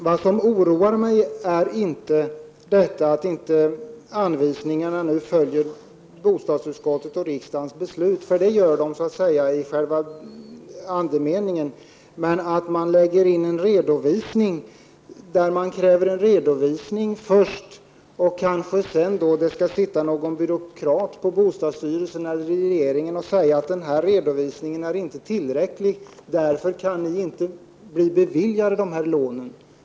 Vad som oroar mig är inte detta att anvisningarna inte följer bostadsutskottets och riksdagens beslut, för det gör de så att säga i själva andemeningen, utan att ett krav på redovisning har lagts in. Det finns en risk att någon nitisk tjänsteman på bostadsstyrelsen eller i regeringen då skall granska denna redovisning och kanske komma fram till att den inte är tillräcklig och att lånen därför inte kan bli beviljade.